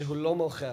שהוא לא מוחל.